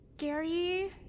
Gary